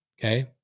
okay